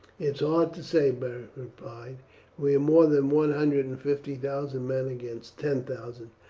it is hard to say, beric replied we are more than one hundred and fifty thousand men against ten thousand,